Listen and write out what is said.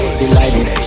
delighted